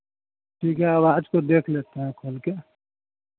ठीक है आवाज को देख लेते है खोल कर